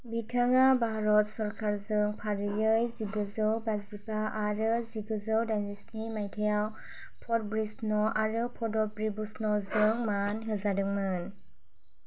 बिथाङा भारत सरखारजों फारियै जिगुजौ बाजिबा आरो जिगुजौ दाइनजि स्नि माइथायाव पद ब्रिषण आरो पद विभूषणजों मान होजादोंमोन